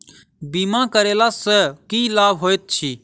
बीमा करैला सअ की लाभ होइत छी?